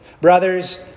Brothers